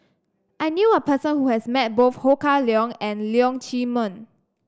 I knew a person who has met both Ho Kah Leong and Leong Chee Mun